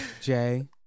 Jay